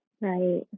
Right